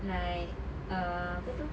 like err apa tu